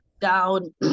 down